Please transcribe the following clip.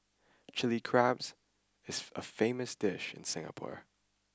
Chilli Crab is a famous dish in Singapore